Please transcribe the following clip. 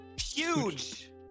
Huge